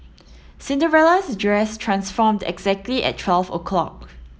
Cinderella's dress transformed exactly at twelve o'clock